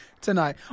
Tonight